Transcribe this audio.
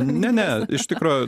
ne ne iš tikro